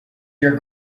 your